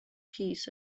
keys